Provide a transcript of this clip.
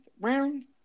round